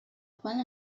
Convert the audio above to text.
qual